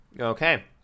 Okay